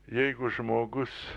jeigu žmogus